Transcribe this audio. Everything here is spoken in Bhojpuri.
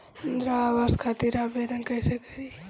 इंद्रा आवास खातिर आवेदन कइसे करि?